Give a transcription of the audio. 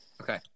Okay